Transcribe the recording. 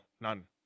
none